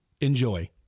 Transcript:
enjoy